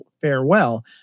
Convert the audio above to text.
Farewell